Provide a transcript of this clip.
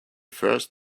first